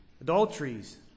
adulteries